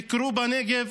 ביקרו בנגב,